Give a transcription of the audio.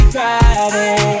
Friday